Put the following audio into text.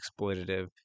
exploitative